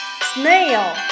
Snail